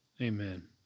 Amen